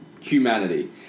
humanity